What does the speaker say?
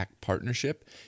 partnership